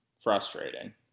frustrating